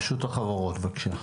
רשות החברות, בבקשה.